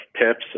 tips